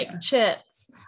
chips